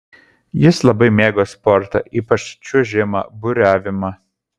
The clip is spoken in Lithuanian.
jis labai mėgo sportą ypač čiuožimą buriavimą